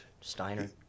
Steiner